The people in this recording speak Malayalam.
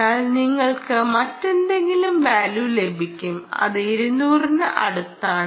എന്നാൽ നിങ്ങൾക്ക് മറ്റെന്തെങ്കിലും വാല്യു ലഭിക്കും അത് 200 ന് അടുത്താണ്